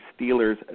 Steelers